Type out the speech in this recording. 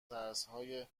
ترسهای